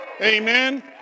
Amen